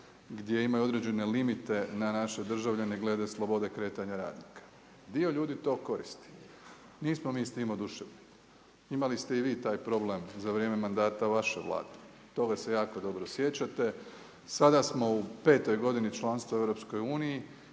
gdje imaju određene limite na naše državljane glede slobodne kretanja radnika. Dio ljudi to koristi. Nismo mi s tim oduševljeni. Imali ste i vi taj problem za vrijeme mandata vaše Vlade. Toga se jako dobro sjećate. Sada smo u 5 godini članstva EU